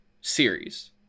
series